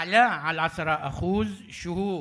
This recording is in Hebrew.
עלה על 10% תזכיר שהיו